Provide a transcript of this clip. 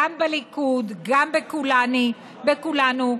גם בליכוד, גם בכולנו,